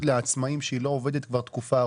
לעצמאים שלא עובדת כבר תקופה ארוכה.